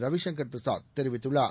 ரவிசங்கர் பிரசாத் தெரிவித்துள்ளார்